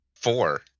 four